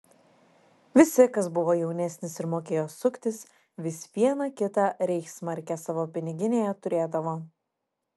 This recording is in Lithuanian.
visi kas buvo jaunesnis ir mokėjo suktis vis vieną kitą reichsmarkę savo piniginėje turėdavo